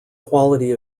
quality